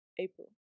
April